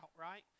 Right